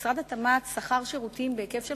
משרד התמ"ת שכר שירותים בהיקף של